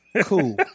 Cool